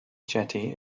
jetty